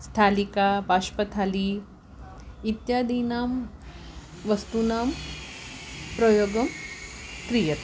स्थालिका बाष्पथाली इत्यादीनां वस्तूनां प्रयोगः क्रियते